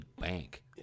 bank